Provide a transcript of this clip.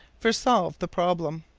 for solve the problem.